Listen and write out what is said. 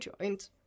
joint